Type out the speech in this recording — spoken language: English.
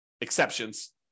exceptions